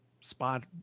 spot